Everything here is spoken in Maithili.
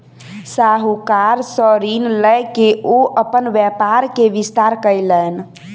साहूकार सॅ ऋण लय के ओ अपन व्यापार के विस्तार कयलैन